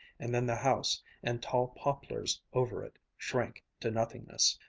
and then the house and tall poplars over it, shrank to nothingness.